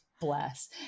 bless